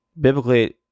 Biblically